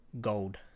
gold